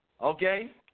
Okay